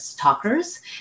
talkers